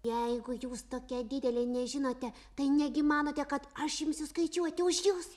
jeigu jūs tokia didelė nežinote tai negi manote kad aš imsiu skaičiuoti už jus